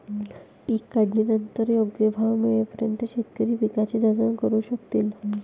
पीक काढणीनंतर योग्य भाव मिळेपर्यंत शेतकरी पिकाचे जतन करू शकतील